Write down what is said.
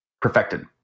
perfected